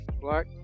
Black